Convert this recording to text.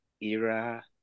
era